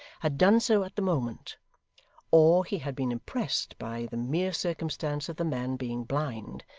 had done so at the moment or he had been impressed by the mere circumstance of the man being blind,